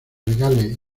legales